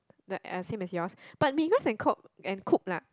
the uh same as yours but Migros and Coop and Coop lah